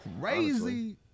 Crazy